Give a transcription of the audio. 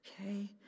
Okay